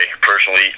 personally